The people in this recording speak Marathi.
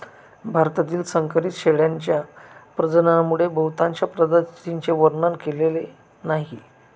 भारतातील संकरित शेळ्यांच्या प्रजननामुळे बहुतांश प्रजातींचे वर्णन केलेले नाही